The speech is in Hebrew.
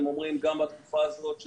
הם אומרים שגם בתקופה הזאת,